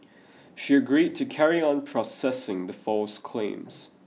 she agreed to carry on processing the false claims